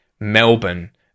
Melbourne